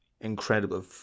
incredible